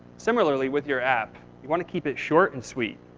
similarly, with your app, you want to keep it short and sweet.